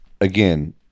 again